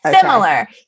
similar